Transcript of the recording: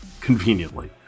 conveniently